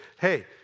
hey